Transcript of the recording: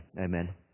Amen